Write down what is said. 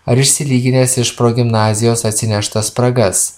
ar išsilyginęs iš progimnazijos atsineštas spragas